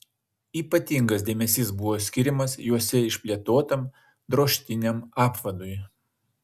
ypatingas dėmesys buvo skiriamas juose išplėtotam drožtiniam apvadui